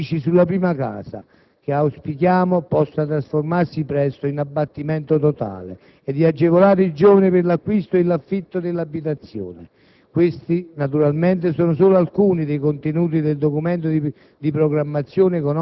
Viene inoltre confermato l'impegno, a partire dal 2008, di ridurre l'ICI sulla prima casa - che auspichiamo possa trasformarsi presto in abbattimento totale - e di agevolare i giovani per l'acquisto o l'affitto dell'abitazione.